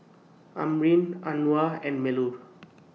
Amrin Anuar and Melur